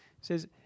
says